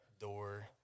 door